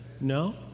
No